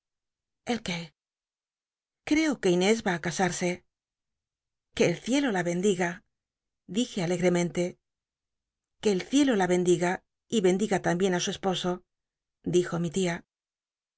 qué creo que inés va á casarse que el cielo la bendiga dije alegcmenle que el ciclo la bendiga y bendiga la mbien á su esposo dijo mi tia